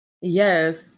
Yes